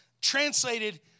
translated